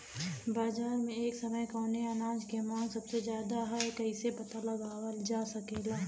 बाजार में एक समय कवने अनाज क मांग सबसे ज्यादा ह कइसे पता लगावल जा सकेला?